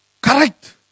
Correct